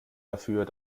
dafür